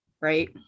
right